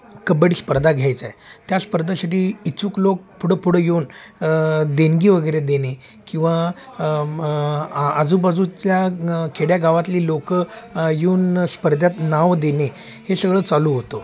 कबड्डी स्पर्धा घ्यायचा आहे त्या स्पर्धासाठी इच्छूक लोक पुढं पुढं येऊन देणगी वगैरे देणे किंवा मग आजूबाजूतल्या खेड्यागावातली लोकं येऊन स्पर्धात नावं देणे हे सगळं चालू होतो